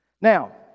Now